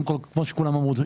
קודם כל כמו שכולם אמרו,